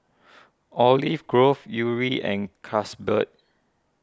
Olive Grove Yuri and Carlsberg